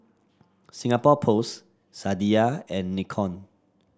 Singapore Post Sadia and Nikon